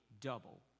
double